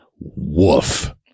woof